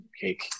cake